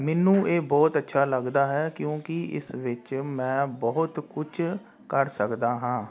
ਮੈਨੂੰ ਇਹ ਬਹੁਤ ਅੱਛਾ ਲੱਗਦਾ ਹੈ ਕਿਉਂਕਿ ਇਸ ਵਿੱਚ ਮੈਂ ਬਹੁਤ ਕੁਝ ਕਰ ਸਕਦਾ ਹਾਂ